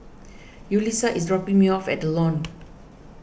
Yulisa is dropping me off at the Lawn